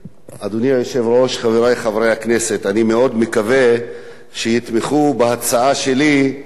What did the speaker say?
אני מאוד מקווה שיתמכו בהצעה שלי לא רק חברי סיעת חד"ש,